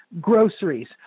groceries